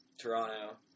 Toronto